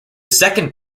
second